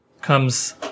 comes